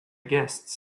guests